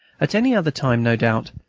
at any other time, no doubt,